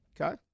Okay